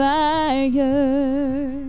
fire